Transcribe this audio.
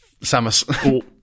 Samus